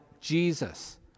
Jesus